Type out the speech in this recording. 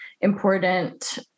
important